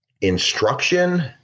instruction